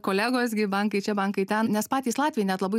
kolegos gi bankai čia bankai ten nes patys latviai net labai